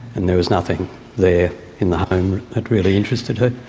and there was nothing there in the home that really interested her.